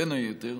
בין היתר,